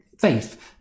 faith